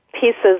pieces